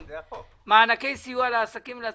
וגם מענקי סיוע למענקים ועצמאיים.